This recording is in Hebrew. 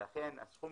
ולכן, הסכום